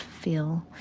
feel